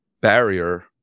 barrier